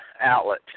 outlet